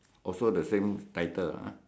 also the same title ah